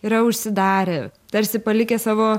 yra užsidarę tarsi palikę savo